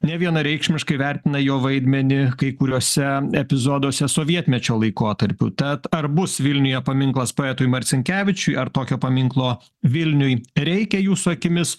nevienareikšmiškai vertina jo vaidmenį kai kuriuose epizoduose sovietmečio laikotarpiu tad ar bus vilniuje paminklas poetui marcinkevičiui ar tokio paminklo vilniui reikia jūsų akimis